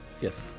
yes